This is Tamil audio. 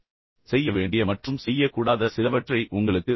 செய்ய வேண்டிய மற்றும் செய்யக்கூடாத சிலவற்றை உங்களுக்கு வழங்குதல்